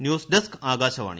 news desk Akashvani